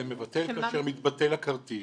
זה מבטל כאשר מתבטל הכרטיס,